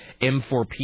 M4P